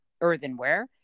earthenware